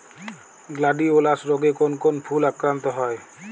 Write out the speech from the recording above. Gladiolus রোগে কোন কোন ফুল আক্রান্ত হয়?